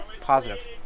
Positive